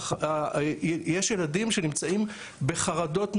יש ילדים שנמצאים בחרדות נוראיות,